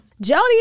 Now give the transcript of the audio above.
Jody